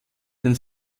den